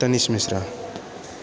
Tanish Mishra